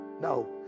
No